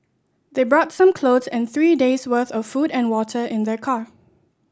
they brought some clothes and three days worth of food and water in their car